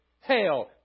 hail